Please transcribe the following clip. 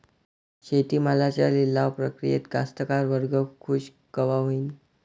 शेती मालाच्या लिलाव प्रक्रियेत कास्तकार वर्ग खूष कवा होईन?